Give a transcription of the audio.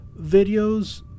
videos